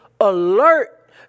alert